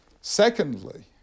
Secondly